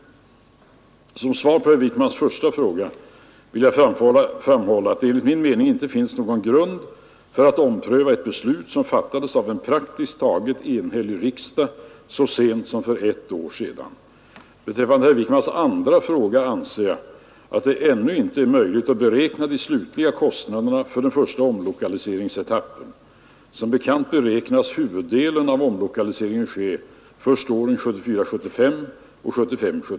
Som svar på herr Wijkmans första fråga vill jag framhålla att det enligt min mening inte finns någon grund för att ompröva ett beslut som fattats av en praktiskt taget enhällig riksdag så sent som för ett år sedan. Beträffande herr Wijkmans andra fråga anser jag att det ännu inte är möjligt att beräkna de slutliga kostnaderna för den första omlokaliseringsetappen. Som bekant beräknas huvuddelen av omlokaliseringen ske först åren 1974 76.